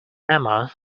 emma